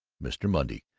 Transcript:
mr. monday,